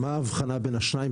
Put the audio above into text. מה האבחנה בין השניים?